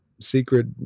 secret